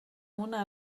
una